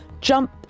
jump